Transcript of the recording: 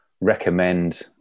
recommend